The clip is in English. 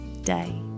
day